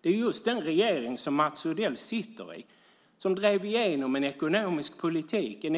Det är just den regering som Mats Odell sitter i som drev igenom en